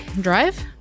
Drive